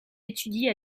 étudie